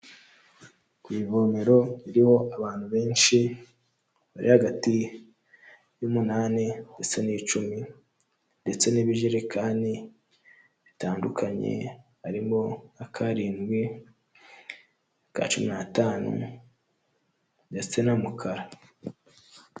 Ku ivomero ririho abantu benshi bari hagati y'umunani ndetse n'icumi ndetse n'ibijerekani bitandukanye, harimo ak'arindwi, aka cumi n'atanu ndetse n'umukara.